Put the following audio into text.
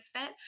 fit